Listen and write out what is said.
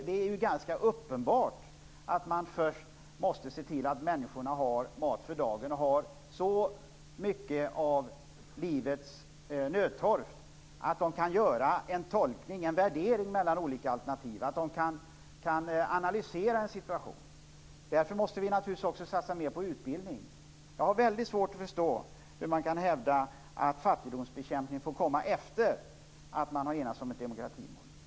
Det är ju ganska uppenbart att man först måste se till att människorna har mat för dagen, att de har så mycket av livets nödtorft att de kan göra en tolkning, en värdering av olika alternativ och analysera en situation. Därför måste vi naturligtvis också satsa mer på utbildning. Jag har väldigt svårt att förstå hur man kan hävda att fattigdomsbekämpning får komma efter att man har enats om ett demokratimål.